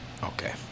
Okay